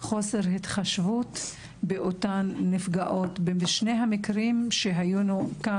חוסר התחשבות באותן נפגעות ובשני המקרים שהיו כאן